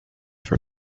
for